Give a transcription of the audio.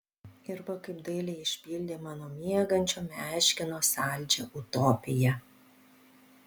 ir va kaip dailiai išpildė mano miegančio meškino saldžią utopiją